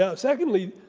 yeah secondly,